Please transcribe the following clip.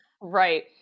Right